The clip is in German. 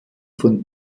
von